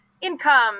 income